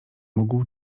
mógł